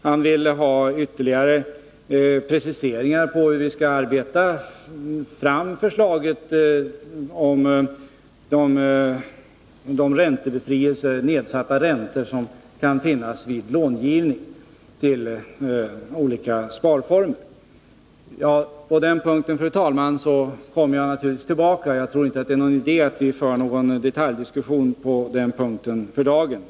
Han vill ha ytterligare preciseringar av hur vi skall arbeta fram förslaget om en ändring av de räntebefrielser och nedsatta räntor som kan förekomma vid långivning till olika sparformer. På den punkten, fru talman, kommer jag naturligtvis tillbaka. Jag tror inte det är någon idé att föra en detaljdiskussion på den punkten för dagen.